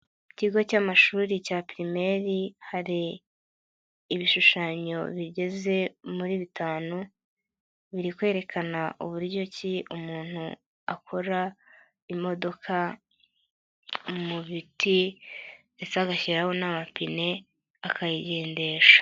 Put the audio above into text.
Ikigo cy'amashuri cya pirimeri hari, ibishushanyo bigeze muri bitanu, biri kwerekana uburyo ki umuntu akora imodoka, mu biti ndetse agashyiraho n'amapine, akayigendesha.